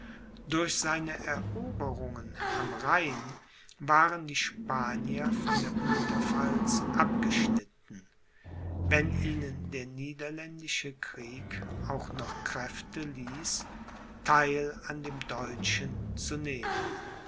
durch seine eroberungen am rhein waren die spanier von der unterpfalz abgeschnitten wenn ihnen der niederländische krieg auch noch kräfte ließ theil an dem deutschen zu nehmen